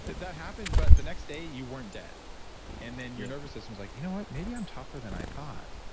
that happened, but the next day you weren't dead and then your nervous system's like, you know what? maybe i'm tougher than i thought.